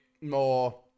more